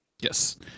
Yes